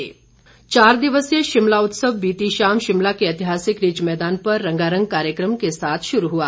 शिमला उत्सव चार दिवसीय शिमला उत्सव बीती शाम शिमला के ऐतिहासिक रिज मैदान पर रंगारंग कार्यक्रम के साथ शुरू हो गया